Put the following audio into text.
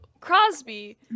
Crosby